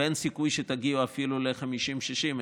ואין סיכוי שתגיעו אפילו ל-50,000 60,000,